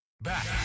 back